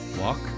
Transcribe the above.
walk